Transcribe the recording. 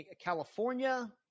California